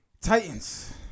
Titans